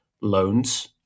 loans